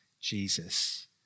Jesus